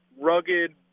rugged